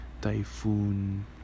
typhoon